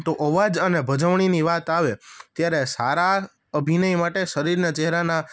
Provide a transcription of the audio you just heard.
તો અવાજ અને ભજવણીની વાત આવે ત્યારે સારા અભિનય માટે શરીરનાં ચહેરાનાં